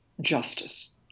justice